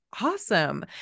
awesome